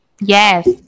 yes